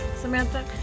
Samantha